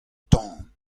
tan